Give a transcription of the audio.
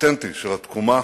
אותנטי של התקומה,